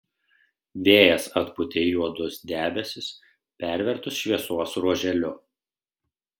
vėjas atpūtė juodus debesis pervertus šviesos ruoželiu